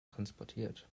transportiert